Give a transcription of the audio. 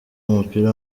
w’umupira